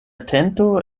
tento